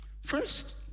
First